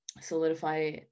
solidify